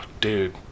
dude